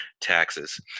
Taxes